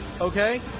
Okay